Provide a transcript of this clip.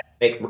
make